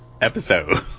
Episode